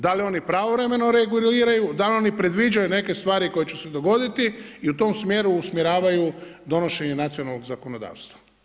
Da li oni pravovremeno reagiraju, da li oni predviđaju neke stvari koje će se dogodili i u tom smjeru usmjeravaju donošenje nacionalnog zakonodavstva?